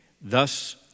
Thus